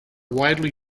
widely